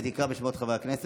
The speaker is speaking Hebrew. חברת הכנסת